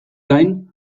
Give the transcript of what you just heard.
gain